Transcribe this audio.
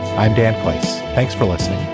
i'm dan points. thanks for listening